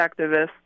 activists